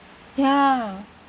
ya